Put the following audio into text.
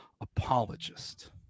apologist